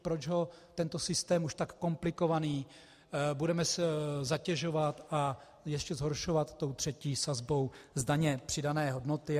Proč tento systém už tak komplikovaný budeme zatěžovat a ještě zhoršovat třetí sazbou daně z přidané hodnoty?